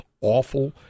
awful